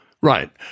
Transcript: Right